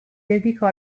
dedicò